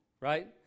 right